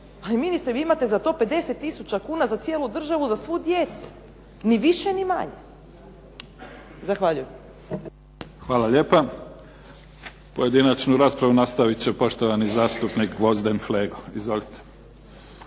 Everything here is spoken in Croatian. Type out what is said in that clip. ali ministre vi imate za to 50 tisuća kuna za cijelu državu, za svu djecu. Ni više ni manje. Zahvaljujem. **Mimica, Neven (SDP)** Hvala lijepa. Pojedinačnu raspravu nastavit će poštovani zastupnik Gvozden Flego. Izvolite.